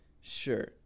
Sure